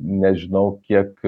nežinau kiek